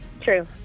True